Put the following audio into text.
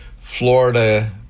Florida